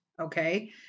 Okay